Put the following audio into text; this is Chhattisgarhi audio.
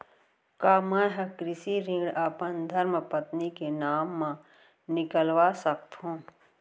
का मैं ह कृषि ऋण अपन धर्मपत्नी के नाम मा निकलवा सकथो?